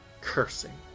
cursing